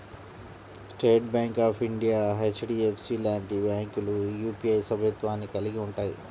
state Bank of India, HDFC లాంటి బ్యాంకులు UPI సభ్యత్వాన్ని కలిగి ఉంటయ్యి